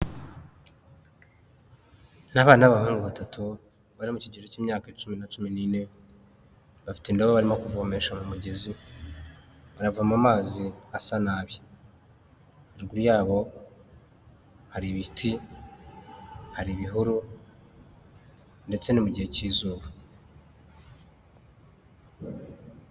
Ni abana b'abahungu batatu bari mu kigero cy'imyaka icumi na cumi n'ine bate indobo barimo kuvomesha mu mugezi, baravoma amazi asa nabi ruguru yabo hari ibiti, hari ibihuru ndetse ni mu gihe cy'izuba.